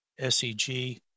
SEG